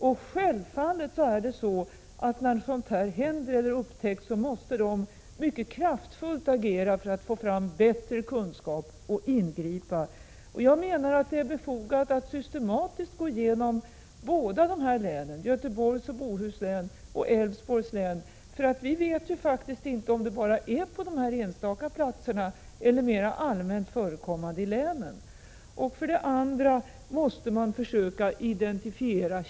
När sådant händer eller upptäcks måste myndigheterna självfallet agera mycket kraftfullt för att få fram bättre kunskaper och kunna ingripa. Det är befogat med en systematisk genomgång av båda dessa län, Göteborgs och Bohus län och Älvsborgs län, därför att vi inte vet om utsläppen förekommer bara på dessa enstaka platser eller mera allmänt i länen. Dessutom måste källan identifieras.